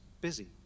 busy